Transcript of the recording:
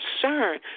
concern